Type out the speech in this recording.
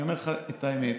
אני אומר לכם את האמת: